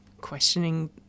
questioning